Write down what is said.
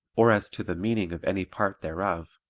or as to the meaning of any part thereof,